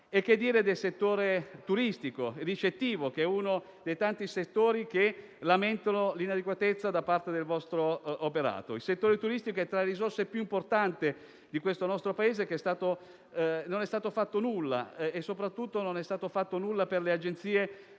Che dire del settore turistico e ricettivo, che è uno dei tanti che lamenta l'inadeguatezza del vostro operato? Per il settore turistico, tra le risorse più importanti del nostro Paese, non è stato fatto nulla. Soprattutto, non è stato fatto nulla per le agenzie di